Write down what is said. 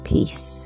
Peace